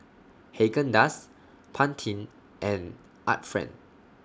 Haagen Dazs Pantene and Art Friend